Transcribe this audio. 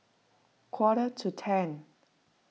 quarter to ten